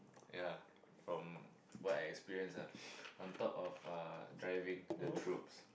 ya from what I experience ah on top of driving the troops